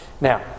Now